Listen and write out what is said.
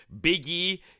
Biggie